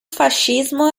fascismo